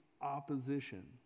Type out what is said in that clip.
opposition